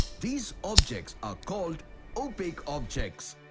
these objects are called opaque objects.